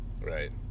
Right